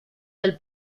del